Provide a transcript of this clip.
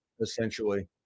essentially